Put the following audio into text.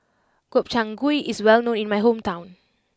Gobchang Gui is well known in my hometown